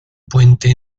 puente